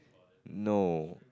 no